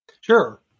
Sure